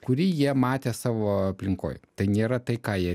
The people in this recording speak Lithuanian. kurį jie matė savo aplinkoj tai nėra tai ką jie